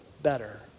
better